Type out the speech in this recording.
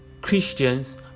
Christians